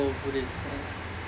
oh put it